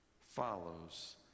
follows